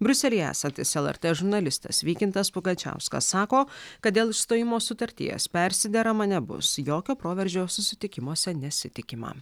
briuselyje esantis lrt žurnalistas vykintas pugačiauskas sako kad dėl išstojimo sutarties persiderama nebus jokio proveržio susitikimuose nesitikima